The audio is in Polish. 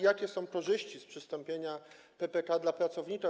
Jakie są korzyści z przystąpienia do PPK dla pracownika?